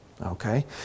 Okay